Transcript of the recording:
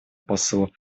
послу